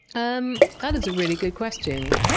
um that is a really good question.